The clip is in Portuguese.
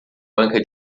banca